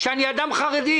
שאני אדם חרדי,